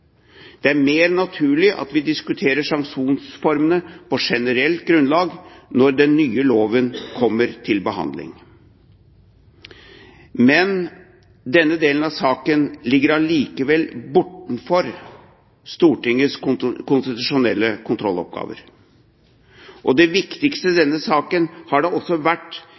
Det er mer naturlig at vi diskuterer sanksjonsformene på generelt grunnlag når den nye loven kommer til behandling. Men denne delen av saken ligger allikevel bortenfor Stortingets konstitusjonelle kontrolloppgaver. Det viktigste i denne saken har da også vært